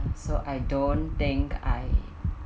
so I don't think I